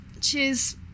Cheers